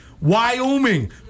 Wyoming